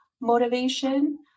motivation